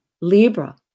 Libra